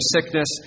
sickness